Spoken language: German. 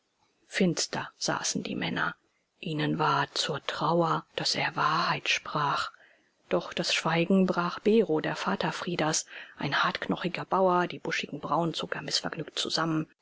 finster saßen die männer ihnen war zur trauer daß er wahrheit sprach doch das schweigen brach bero der vater fridas ein hartknochiger bauer die buschigen brauen zog er mißvergnügt zusammen